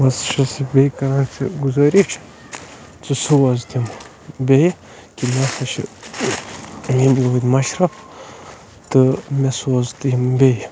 بہٕ حظ چھُس یہِ بیٚیہِ کَران ژےٚ گُزٲرِش ژٕ سوز تِم بیٚیہِ کہِ مےٚ ہسا چھِ یِہِنٛدۍ مَشرَف تہٕ مےٚ سوز تِم بیٚیہِ